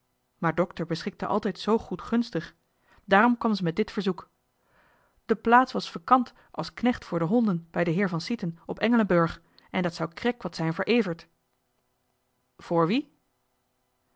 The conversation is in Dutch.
maar dokter beschikte altijd zoo goedgunstig daarom kwam ze met dit verzoek de plaats was fekant als knecht voor de honden bij de heeren van sieten op engelenburg en dat zou krek wat zijn voor evert voor wie